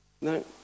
No